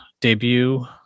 debut